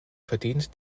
verdient